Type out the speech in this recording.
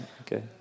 Okay